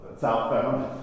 southbound